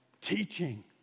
teaching